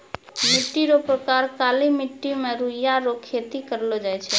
मिट्टी रो प्रकार काली मट्टी मे रुइया रो खेती करलो जाय छै